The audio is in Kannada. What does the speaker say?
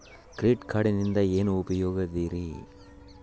ಕ್ರೆಡಿಟ್ ಕಾರ್ಡಿನಿಂದ ಏನು ಉಪಯೋಗದರಿ?